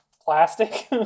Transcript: plastic